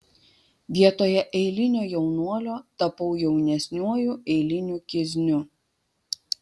vietoje eilinio jaunuolio tapau jaunesniuoju eiliniu kizniu